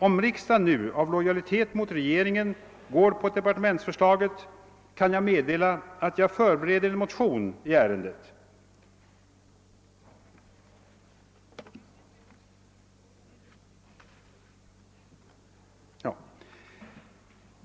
Om riksdagen nu av lojalitet mot regeringen går med på departementsförslaget, kan jag meddela, att jag förbereder en motion i ärendet.